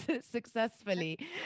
successfully